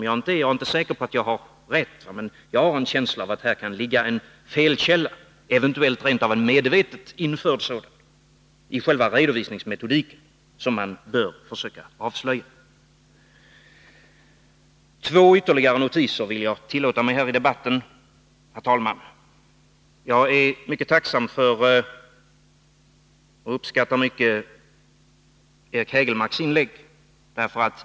Jag är inte säker på att jag har rätt, men jag har en känsla av att det i själva redovisningsmetodiken kan ligga en felkälla, eventuellt rent av en medvetet införd sådan, som man bör försöka avslöja. Två ytterligare notiser vill jag tillåta mig här i debatten, herr talman. Jag är mycket tacksam för — och uppskattar mycket — Eric Hägelmarks inlägg.